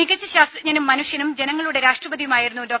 മികച്ച ശാസ്ത്രജ്ഞനും മനുഷ്യനും ജനങ്ങളുടെ രാഷ്ട്രപതിയുമായിരുന്നു ഡോ